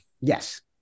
Yes